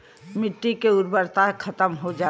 मट्टी के उर्वरता खतम हो जाला